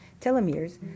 Telomeres